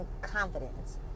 confidence